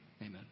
Amen